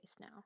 now